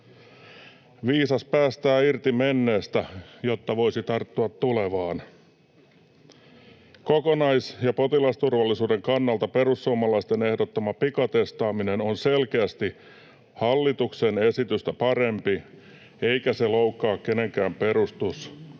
Viisas päästää irti menneestä, jotta voisi tarttua tulevaan. Kokonais‑ ja potilasturvallisuuden kannalta perussuomalaisten ehdottama pikatestaaminen on selkeästi hallituksen esitystä parempi eikä se loukkaa kenenkään perusoikeuksia